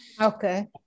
okay